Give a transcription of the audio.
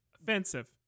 offensive